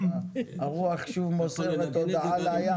הרוח שוב מוסרת הודעה לים.